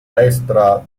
destra